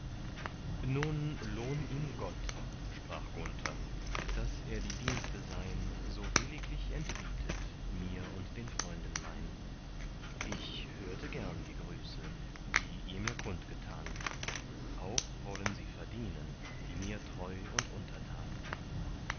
nun lohn ihm gott sprach gunther daß er die dienste sein so williglich entbietet mir und den freunden mein ich hörte gern die grüße die ihr mir kund getan auch wollen sie verdienen die mir treu und untertan